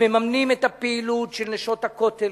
הם מממנים את הפעילות של "נשות הכותל"